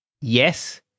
Yes